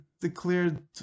declared